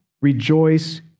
rejoice